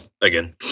again